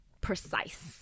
precise